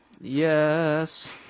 yes